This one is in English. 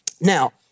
Now